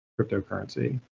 cryptocurrency